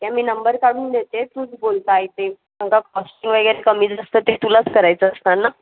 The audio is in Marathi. त्या मी नंबर काढून देते तूच बोल काय ते तुमचा कॉस्टिंग वगैरे कमी जास्त ते तुलाच करायचं असणार ना